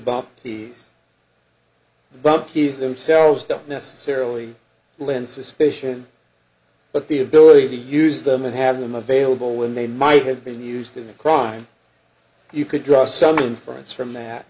bump keys bucky's themselves don't necessarily lend suspicion but the ability to use them and have them available when they might have been used in a crime you could draw some inference from that